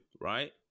right